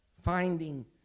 finding